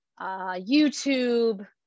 YouTube